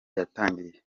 yatangiriye